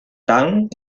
tang